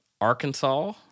Arkansas